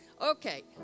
Okay